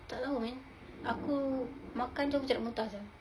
tak lah aku makan jer macam nak muntah sia